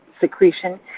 secretion